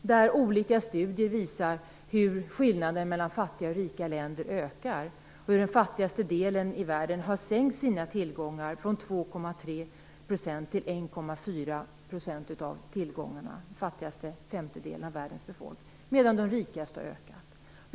Olika studier visar hur skillnaden mellan fattiga och rika länder ökar. Den fattigaste delen i världen har sänkt sina tillgångar från 2,3 till 1,4 % av tillgångarna, dvs. den fattigaste femtedelen av världens befolkning, medan de rikaste har ökat sina tillgångar.